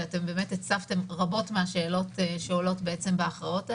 והצפתם רבות מהשאלות שעולות בהכרעות האלה.